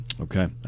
Okay